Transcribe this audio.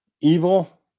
Evil